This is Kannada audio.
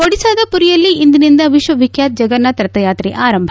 ಒಡಿಶಾದ ಪುರಿಯಲ್ಲಿ ಇಂದಿನಿಂದ ವಿಶ್ವವಿಖ್ಯಾತ ಜಗನ್ನಾಥ ರಥೆಯಾತ್ರೆ ಆರಂಭ